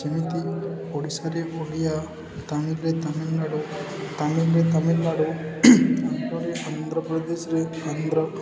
ଯେମିତି ଓଡ଼ିଶାରେ ଓଡ଼ିଆ ତାମିଲରେ ତାମିଲନାଡ଼ୁ ତାମିଲରେ ତାମିଲନାଡ଼ୁ ଆନ୍ଧ୍ରରେ ଆନ୍ଧ୍ରପ୍ରଦେଶରେ ଆନ୍ଧ୍ର